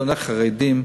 שונא חרדים,